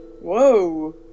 Whoa